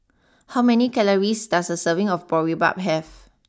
how many calories does a serving of Boribap have